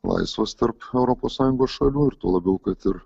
laisvas tarp europos sąjungos šalių ir tuo labiau kad ir